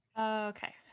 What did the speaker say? okay